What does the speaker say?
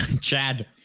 Chad